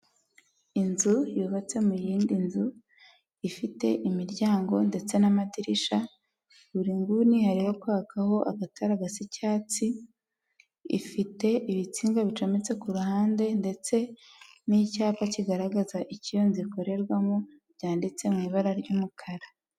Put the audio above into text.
Inzu yubatse mu yindi nzu ifite imiryango ndetse n'amadirisha buri nguni harimo kwakaho agatara gasa icyatsi ifite ibitsinga bicometse ku ruhande ndetse n'icyapa kigaragaza icyo ikorerwamo byanditse mu ibara ry'umukara.